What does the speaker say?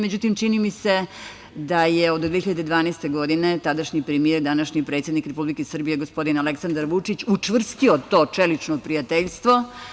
Međutim, čini mi se da je od 2012. godine tadašnji premijer, današnji predsednik Republike Srbije Aleksandar Vučić učvrstio to čelično prijateljstvo.